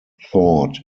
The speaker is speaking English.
thought